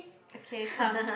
okay come